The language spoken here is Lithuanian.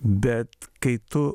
bet kai tu